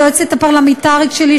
היועצת הפרלמנטרית שלי,